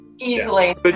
Easily